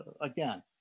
again